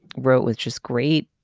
wrote with just great